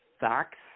facts